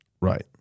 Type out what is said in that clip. right